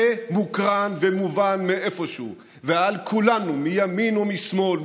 זה מוקרן ומובן מאיפשהו, ועל כולנו, מימין ומשמאל,